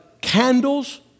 candles